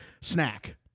snack